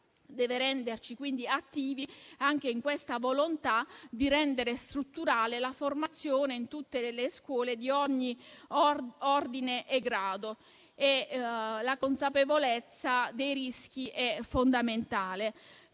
renderci attivi anche rispetto alla volontà di rendere strutturale la formazione in tutte le scuole di ogni ordine e grado, perché la consapevolezza dei rischi è fondamentale.